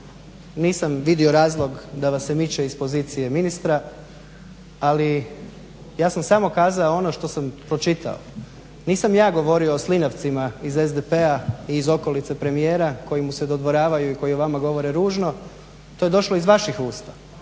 Nisam vidio razlog da vas se miče iz pozicije ministra, ali ja sam samo kazao ono što sam pročitao. Nisam ja govorio o slinavcima iz SDP-a i iz okolice premijera koji mu se dodvoravaju i koji o vama govore ružno. To je došlo iz vaših usta.